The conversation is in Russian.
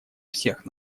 всех